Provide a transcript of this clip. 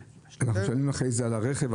ואנחנו משלמים אחרי זה על הרכב,